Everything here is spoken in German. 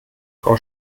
frau